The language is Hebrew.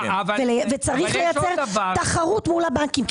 ויש לייצר תחרות מול הבנקים.